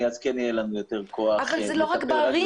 אז כן יהיה לנו יותר כוח לטפל --- אבל זה לא רק בערים,